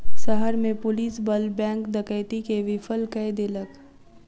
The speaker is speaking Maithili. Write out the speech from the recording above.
शहर में पुलिस बल बैंक डकैती के विफल कय देलक